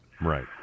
Right